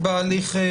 כן.